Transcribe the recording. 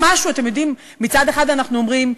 מצד אחד אנחנו אומרים,